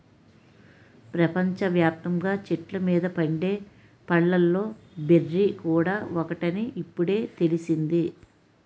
ప్రపంచ వ్యాప్తంగా చెట్ల మీద పండే పళ్ళలో బెర్రీ కూడా ఒకటని ఇప్పుడే తెలిసింది